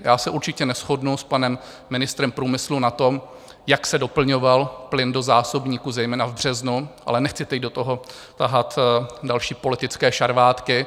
Já se určitě neshodnu s panem ministrem průmyslu na tom, jak se doplňoval plyn do zásobníků zejména v březnu, ale nechci teď do toho tahat další politické šarvátky.